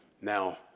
Now